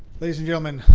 ladies and gentleman,